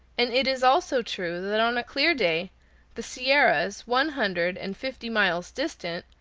and it is also true that on a clear day the sierras, one hundred and fifty miles distant,